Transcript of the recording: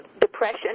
depression